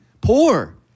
Poor